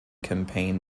campaign